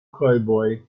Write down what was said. cowboy